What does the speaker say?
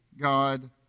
God